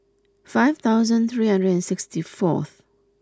five thousand three hundred and sixty fourth